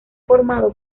formado